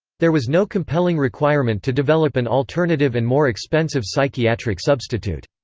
there was no compelling requirement to develop an alternative and more expensive psychiatric substitute.